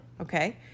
Okay